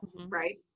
right